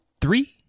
three